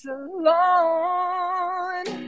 alone